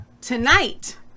Tonight